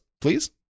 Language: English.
please